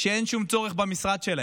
שאין שום צורך במשרד שלהם,